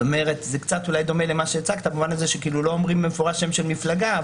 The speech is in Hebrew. זה קצת דומה למה שהצגת במובן הזה שלא אומרים במפורש שם של מפלגה.